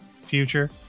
future